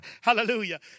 Hallelujah